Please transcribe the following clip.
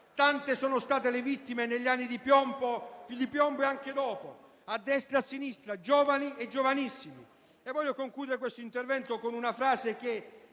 Tante sono state le vittime negli anni di piombo e anche dopo, a destra e a sinistra, giovani e giovanissimi. Voglio concludere questo intervento con una frase che